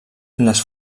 les